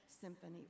Symphony